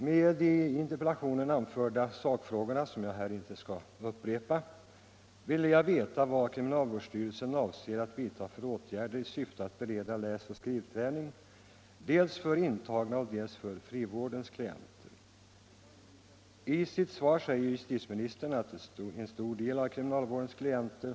Med anledning av de i interpellationen anförda sakuppgifterna, som jag här inte skall upprepa, ville jag veta vilka åtgärder kriminalvårdsstyrelsen avser att vidta i syfte att bereda dels intagna på kriminalvårdsanstalter, dels frivårdens klienter läsoch skrivträning.